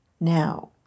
Now